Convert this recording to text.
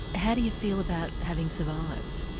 how do you feel about having survived?